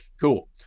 cool